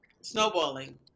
snowballing